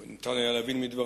או ניתן היה להבין מדברייך,